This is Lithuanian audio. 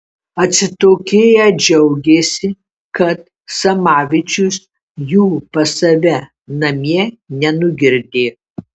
atsitokėję džiaugėsi kad samavičius jų pas save namie nenugirdė